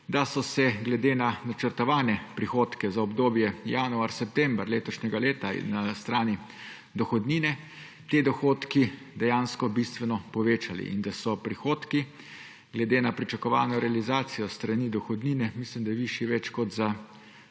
da so se glede na načrtovane prihodke za obdobje januar–september letošnjega leta na strani dohodnine ti dohodki dejansko bistveno povečali in da so prihodki glede na pričakovano realizacijo s strani dohodnine, mislim, da je višji več kot za